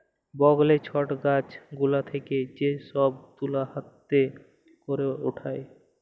বগলে ছট গাছ গুলা থেক্যে যে সব তুলা হাতে ক্যরে উঠায়